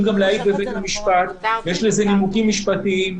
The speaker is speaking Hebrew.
להעיד גם בבית המשפט ויש לזה נימוקים משפטיים,